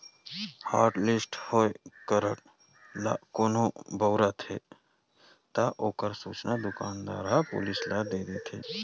hotlist होए card ल कोनो बउरत हे त ओखर सूचना दुकानदार ह पुलिस ल दे देथे